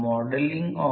कृपया हे करा